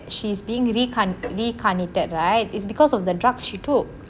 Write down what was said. she's being recarnate recarnated right is because of the drugs she took